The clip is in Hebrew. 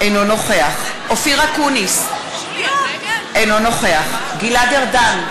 אינו נוכח אופיר אקוניס, אינו נוכח גלעד ארדן,